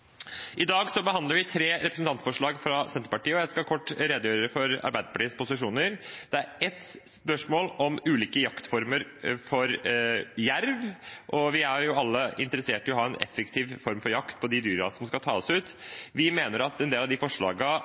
I dag behandler vi tre representantforslag fra Senterpartiet, og jeg skal kort redegjøre for Arbeiderpartiets posisjoner. Det er et forslag om ulike former for jakt på jerv. Vi er jo alle interessert i å ha en effektiv form for jakt på de dyrene som skal tas ut. Vi mener at en del av de